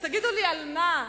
אז תגידו לי, על מה?